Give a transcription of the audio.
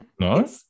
No